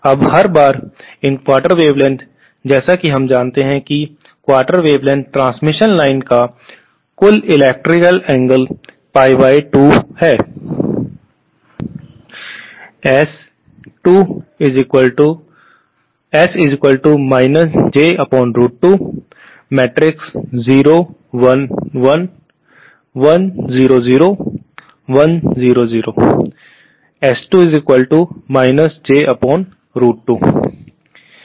अब हर बार इन क्वार्टर वेवलेंथ जैसा कि हम जानते हैं कि क्वार्टर वेवलेंथ ट्रांसमिशन लाइन का कुल इलेक्ट्रिकल एंगल पाई बाई 2 है